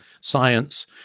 science